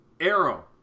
Arrow